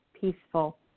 peaceful